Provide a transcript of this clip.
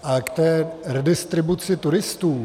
K redistribuci turistů.